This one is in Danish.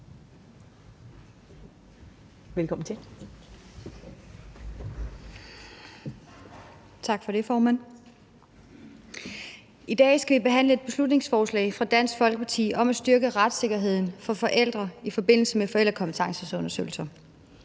(V): Tak for det, formand. I dag skal vi behandle et beslutningsforslag fra Dansk Folkeparti om at styrke retssikkerheden for forældre i forbindelse med forældrekompetenceundersøgelser.